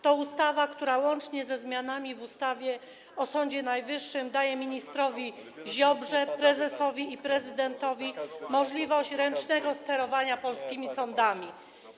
To ustawa, która łącznie ze zmianami w ustawie o Sądzie Najwyższym daje ministrowi Ziobrze, prezesowi i prezydentowi możliwość ręcznego sterowania polskimi sądami.